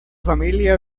familia